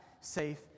safe